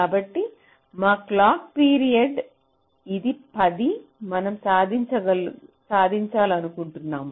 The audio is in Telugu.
కాబట్టి మా క్లాక్ పీరియడ్ ఇది 10 మనం సాధించాలనుకుంటున్నాము